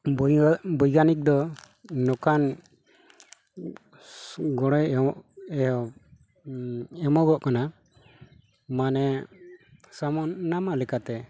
ᱵᱳᱭᱜᱟᱱᱤᱠ ᱫᱚ ᱱᱚᱠᱟᱱ ᱜᱚᱲᱚᱭ ᱮᱢᱚᱜ ᱠᱟᱱᱟ ᱢᱟᱱᱮ ᱥᱟᱢᱚᱱ ᱱᱟᱢᱟᱜ ᱞᱮᱠᱟᱛᱮ